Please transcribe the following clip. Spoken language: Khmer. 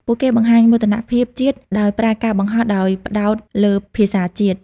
ពួកគេបង្ហាញមោទនភាពជាតិដោយប្រើការបង្ហោះដោយផ្តោតលើភាសាជាតិ។